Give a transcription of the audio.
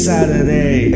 Saturday